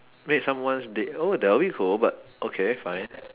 made someone's day oh that'll be cool but okay fine